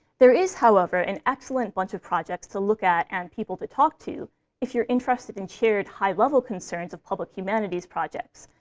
there is, however, an excellent bunch of projects to look at and people to talk to if you're interested in shared high-level concerns of public humanities projects,